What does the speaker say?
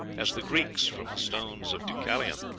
as the greeks from the stones of deucalion.